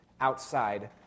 outside